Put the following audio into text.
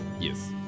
Yes